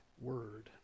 word